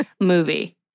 movie